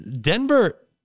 Denver